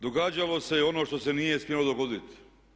Događalo se ono što se nije smjelo dogoditi.